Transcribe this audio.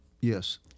Yes